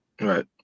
Right